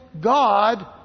God